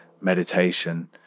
meditation